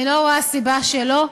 אני לא רואה סיבה שלא.